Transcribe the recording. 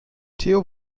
theo